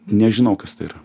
nežinau kas tai yra